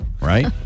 Right